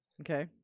Okay